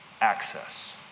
access